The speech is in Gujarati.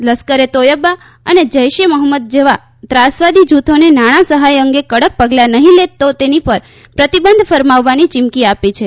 લશ્કરે તોયબા અને જૈશે મહંમદ જેવાં ત્રાસવાદી જૂથોને નાણાં સહાય અંગે કડક પગલાં નહીં લે તો તેની પર પ્રતિબંધ ફરમાવવાની ચિમકી આપી છે